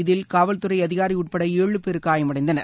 அதில் காவல்துறை அதிகாரி உட்பட ஏழு பேர் காயமடைந்தனர்